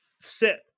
Sit